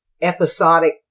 episodic